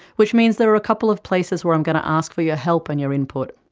which means there are a couple of places where i am going to ask for your help, and your input.